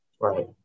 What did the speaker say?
Right